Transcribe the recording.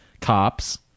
Cops